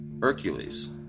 Hercules